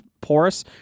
porous